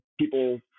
people